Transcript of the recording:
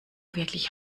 wirklich